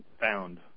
found